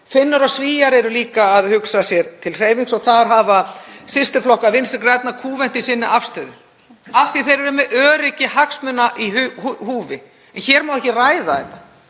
Finnar og Svíar eru líka að hugsa sér til hreyfings og þar hafa systurflokkar Vinstri grænna kúvent í afstöðu sinni af því þeir eru með öryggi hagsmuna í húfi. Hér má ekki ræða þetta,